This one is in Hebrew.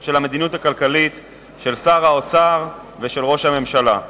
של המדיניות הכלכלית של שר האוצר ושל ראש הממשלה.